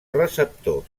receptor